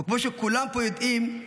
וכמו שכולם פה יודעים,